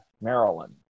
Maryland